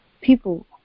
people